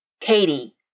Katie